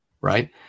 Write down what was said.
right